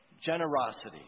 generosity